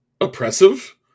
oppressive